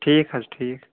ٹھیٖک حظ ٹھیٖک